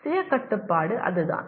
சுய கட்டுப்பாடு அதுதான்